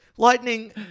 Lightning